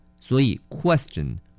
所以,Question